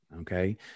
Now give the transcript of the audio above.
okay